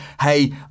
hey